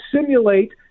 simulate